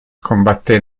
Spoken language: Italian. combatté